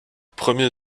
premier